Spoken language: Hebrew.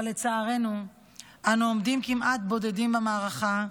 אבל לצערנו אנו עומדים כמעט בודדים במערכה,